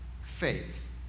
faith